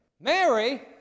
Mary